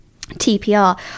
TPR